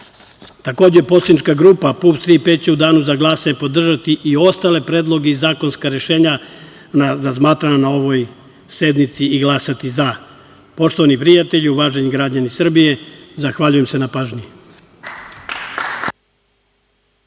poslanička grupa PUPS Tri-P će u danu za glasanje podržati i ostale predloge i zakonska rešenja, razmatrana na ovoj sednici i glasati za. Poštovani prijatelji, uvaženi građani Srbije, zahvaljujem se na pažnji.